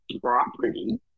property